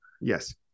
Yes